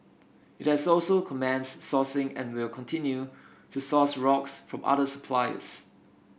it has also commenced sourcing and will continue to source rocks from other suppliers